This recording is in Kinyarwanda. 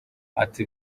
ati